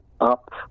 up